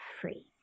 free